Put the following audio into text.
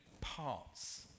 parts